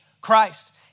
Christ